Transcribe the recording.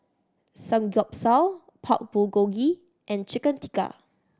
Samgyeopsal Pork Bulgogi and Chicken Tikka